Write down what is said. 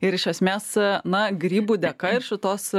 ir iš esmės na grybų dėka ir šitos